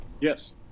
Yes